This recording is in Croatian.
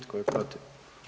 Tko je protiv?